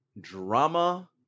drama